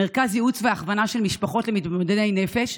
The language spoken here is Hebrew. מרכזי ייעוץ והכוונה למשפחות של מתמודדי נפש,